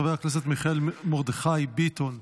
חבר הכנסת מיכאל מרדכי ביטון,